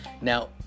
Now